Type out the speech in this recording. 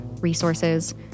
resources